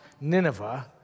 Nineveh